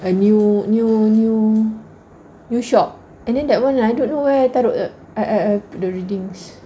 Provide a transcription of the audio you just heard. a new new new new shop and then that [one] I don't know where I taruk uh I I the readings